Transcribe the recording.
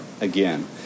again